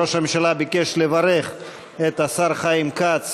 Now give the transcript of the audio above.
ראש הממשלה ביקש לברך את השר חיים כץ